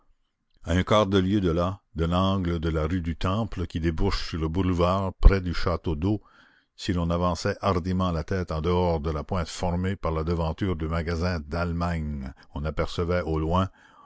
à un quart de lieue de là de l'angle de la rue du temple qui débouche sur le boulevard près du château-d'eau si l'on avançait hardiment la tête en dehors de la pointe formée par la devanture du magasin dallemagne on apercevait au loin